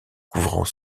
couvrant